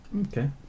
Okay